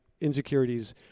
insecurities